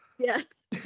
Yes